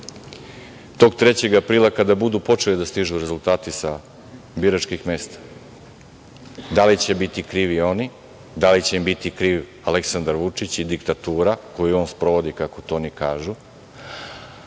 tog 3. aprila kada budu počeli da stižu rezultati sa biračkih mesta. Da li će biti krivi oni, da li će im biti kriv Aleksandar Vučić i diktatura koju on sprovodi, kako to oni kažu